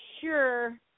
sure